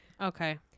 Okay